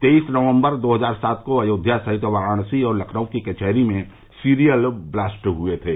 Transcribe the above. तेईस नवम्बर दो हजार सात को अयोध्या सहित वाराणसी और लखनऊ की कचेहरी में सीरियल ब्लास्ट हुए थे